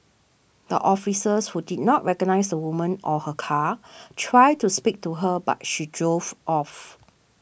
the officers who did not recognise the woman or her car tried to speak to her but she drove off